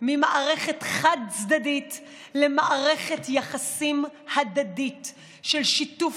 ממערכת חד-צדדית למערכת יחסים הדדית של שיתוף